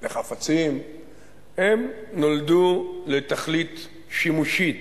ולחפצים נולדו לתכלית שימושית,